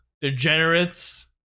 degenerates